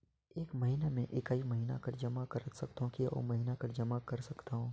एक महीना मे एकई महीना कर जमा कर सकथव कि अउ महीना कर जमा कर सकथव?